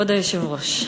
כבוד היושב-ראש,